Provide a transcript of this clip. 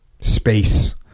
space